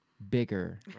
Bigger